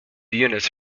units